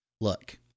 Look